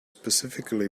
specifically